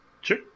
Sure